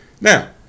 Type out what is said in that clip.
Now